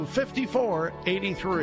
5483